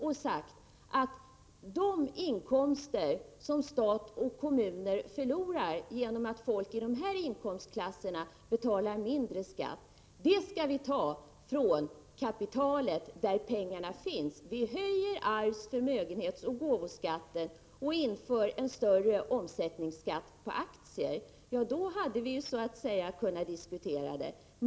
och sagt, att de inkomster som stat och kommuner förlorar genom att folk i dessa inkomstklasser betalar mindre i skatt skall tas från kapitalet, där pengarna finns, att arvs-, förmögenhetsoch gåvoskatten skall höjas och en större omsättningsskatt på aktier införas, då hade vi kunnat diskutera det.